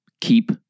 Keep